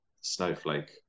snowflake